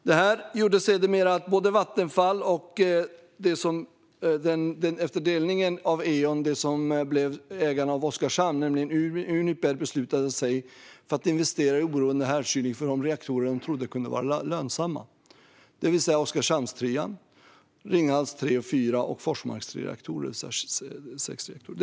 Detta gjorde sedermera att både Vattenfall och Uniper, som blev ägare av Oskarshamn efter delningen av Eon, beslutade sig för att investera i oberoende härdkylning för de sex reaktorer de trodde kunde vara lönsamma, det vill säga Oskarshamn 3, Ringhals 3 och 4 och Forsmark 1-3.